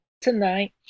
tonight